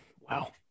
Wow